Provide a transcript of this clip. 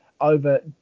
over –